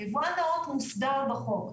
היבואן נאות מוסדר בחוק,